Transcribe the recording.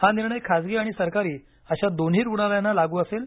हा निर्णय खाजगी आणि सरकारी अशा दोन्ही रुग्णालयांना लागू असेल